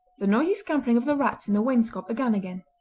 the noisy scampering of the rats in the wainscot began again.